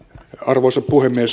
arvoisa puhemies